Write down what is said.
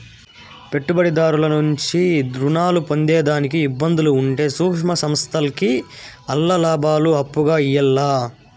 పెట్టుబడిదారుల నుంచి రుణాలు పొందేదానికి ఇబ్బందులు ఉంటే సూక్ష్మ సంస్థల్కి ఆల్ల లాబాలు అప్పుగా ఇయ్యాల్ల